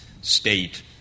state